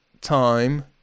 time